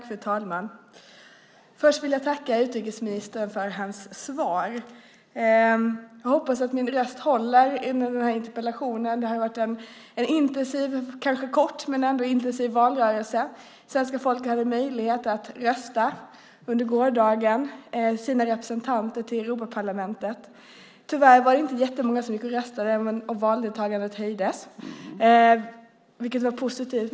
Fru talman! Jag vill tacka utrikesministern för svaret. Jag hoppas att min röst håller genom den här interpellationsdebatten. Det har ju varit en kanske kort men intensiv valrörelse. Svenska folket hade under gårdagen möjlighet att rösta fram sina representanter i Europaparlamentet. Tyvärr var det inte så väldigt många som röstade. Men valdeltagandet höjdes jämfört med tidigare, vilket är positivt.